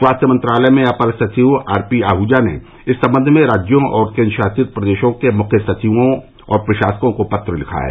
स्वास्थ मंत्रालय में अपर सचिव आर पी आहजा ने इस सम्बंध में राज्यों और केन्द्र शासित प्रदेशों के मुख्य सचिवों और प्रशासकों को पत्र लिखा है